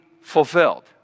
fulfilled